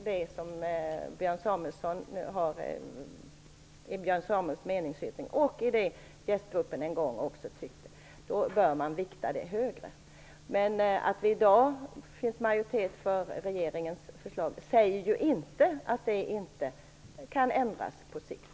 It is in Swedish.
Det som Björn Samuelson tar upp i sin meningsyttring och som togs upp av JÄST-gruppen går ut på att tillmäta underrepresenterat kön högre vikt. Att det i dag finns majoritet för regeringens förslag säger inte att det inte kan ändras på sikt.